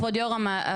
כבוד יו"ר הוועדה,